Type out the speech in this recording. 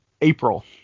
april